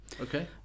Okay